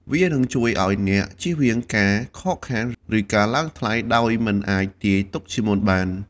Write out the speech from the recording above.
វានឹងជួយឲ្យអ្នកជៀសវាងការខកខាន ឬការឡើងថ្លៃដោយមិនអាចទាយទុកជាមុនបាន។